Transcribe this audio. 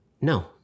No